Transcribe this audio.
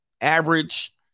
average